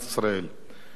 אבל קצת לפני זה,